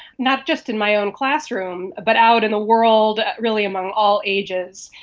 not just in my own classroom but out in the world, really among all ages,